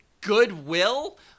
goodwill